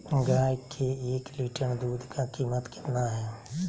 गाय के एक लीटर दूध का कीमत कितना है?